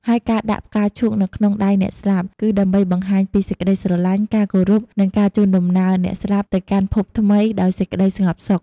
ហើយការដាក់ផ្កាឈូកនៅក្នុងដៃអ្នកស្លាប់ គឺដើម្បីបង្ហាញពីសេចក្តីស្រឡាញ់ ការគោរព និងការជូនដំណើរអ្នកស្លាប់ទៅកាន់ភពថ្មីដោយសេចក្តីស្ងប់សុខ។